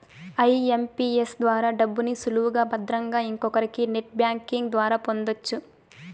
IMPS ద్వారా డబ్బుని సులువుగా భద్రంగా ఇంకొకరికి నెట్ బ్యాంకింగ్ ద్వారా పొందొచ్చు